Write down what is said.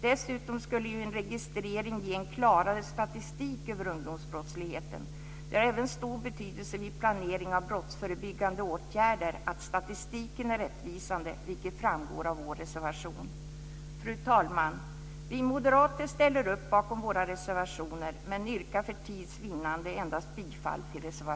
Dessutom skulle ju en registrering ge en klarare statistik över ungdomsbrottsligheten. Det har även stor betydelse vid planering av brottsförebyggande åtgärder att statistiken är rättvisande, vilket framgår av vår reservation. Fru talman! Vi moderater ställer upp bakom våra reservationer men yrkar för tids vinnande bifall till endast reservation 1.